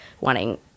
wanting